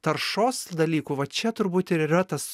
taršos dalykų va čia turbūt ir yra tas